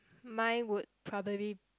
mine would probably